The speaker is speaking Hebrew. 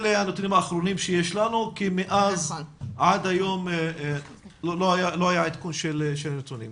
אלה הנתונים האחרונים שיש לנו כי מאז ועד היום לא היה עדכון נתונים.